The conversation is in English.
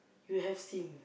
you have seen